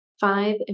Five